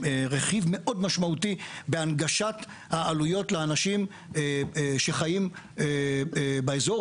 רכיב מאוד משמעותי בהנגשת העלויות לאנשים שחיים באזור,